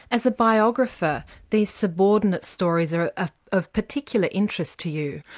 as a biographer these subordinate stories are ah of particular interest to you.